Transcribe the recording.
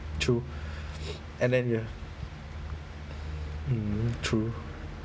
true and then ya mmhmm true